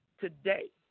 today